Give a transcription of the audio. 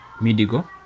Midigo